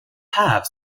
have